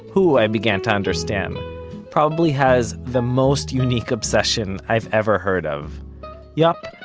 who i began to understand probably has the most unique obsession i've ever heard of yup,